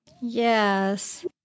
Yes